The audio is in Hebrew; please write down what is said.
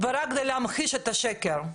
רק כדי להמחיש את השקר,